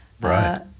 Right